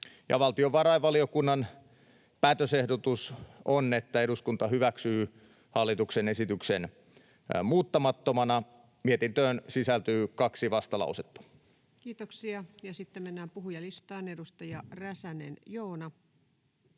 Valtiovarainvaliokunnan päätösehdotus on, että eduskunta hyväksyy hallituksen esityksen muuttamattomana. Mietintöön sisältyy kaksi vastalausetta. [Speech 177] Speaker: Ensimmäinen